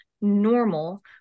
normal